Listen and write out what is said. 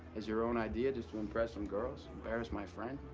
as your own idea just to impress some girls and embarrass my friend?